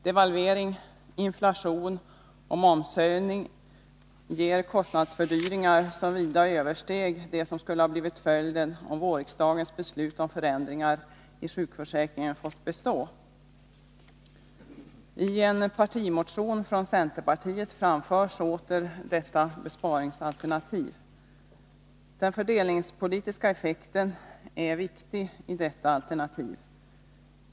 Devalvering, inflation och momshöjning ger kostnadsfördyringar som vida överstiger den som skulle blivit följden, om vårriksdagens beslut om förändringar i sjukförsäkringen fått bestå. I en partimotion från centerpartiet framförs åter detta besparingsalternativ. Den fördelningspolitiska effekten är viktig i detta alternativ.